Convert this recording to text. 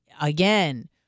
again